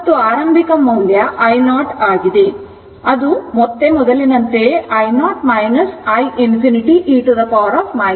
ಮತ್ತು ಆರಂಭಿಕ ಮೌಲ್ಯ i0 ಆಗಿದೆ ಮತ್ತೆ ಅದು ಮೊದಲಿನಂತೆಯೇ i0 iinfinity e t tτ ಆಗುತ್ತದೆ